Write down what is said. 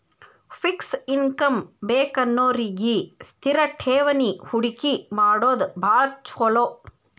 fix income ಬೇಕನ್ನೋರಿಗಿ ಸ್ಥಿರ ಠೇವಣಿ ಹೂಡಕಿ ಮಾಡೋದ್ ಭಾಳ್ ಚೊಲೋ